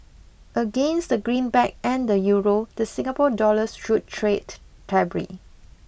against the greenback and the Euro the Singapore dollar should trade stably